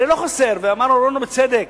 הרי לא חסר, ואמר אורון בצדק,